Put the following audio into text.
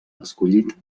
escollit